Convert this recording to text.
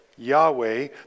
Yahweh